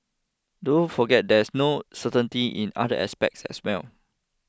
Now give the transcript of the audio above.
don't forget there's no certainty in other aspects as well